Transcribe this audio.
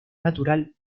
natural